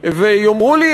ויאמרו לי,